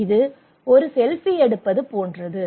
இது ஒரு செல்ஃபி எடுப்பது போன்றது